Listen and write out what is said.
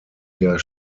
der